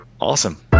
Awesome